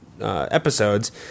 episodes